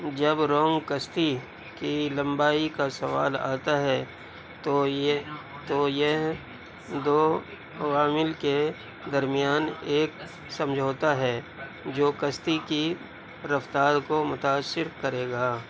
جب رونگ کشتی کی لمبائی کا سوال آتا ہے تو یہ تو یہ دو عوامل کے درمیان ایک سمجھوتہ ہے جو کشتی کی رفتار کو متاثر کرے گا